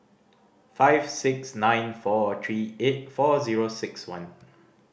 five six nine four three eight four zero six one